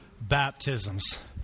baptisms